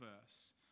verse